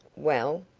well?